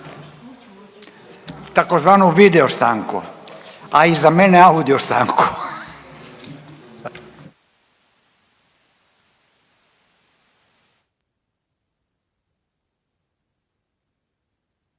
50, tzv. videostanku. A i za mene audiostanku.